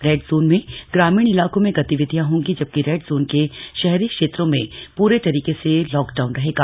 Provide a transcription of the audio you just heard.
red zone में ग्रामीण इलाकों में गतिविधियां होंगी जबकि रेड जोन के शहरी क्षेत्रों में पूरी तरीके से लॉकडाउन रहेगा